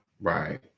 Right